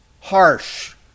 harsh